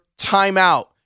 timeout